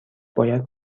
باید